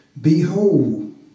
behold